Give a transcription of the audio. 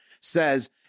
says